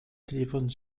téléphone